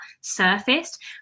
surfaced